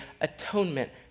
atonement